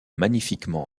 magnifiquement